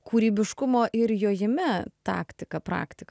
kūrybiškumo ir jojime taktika praktika